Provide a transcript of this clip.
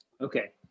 Okay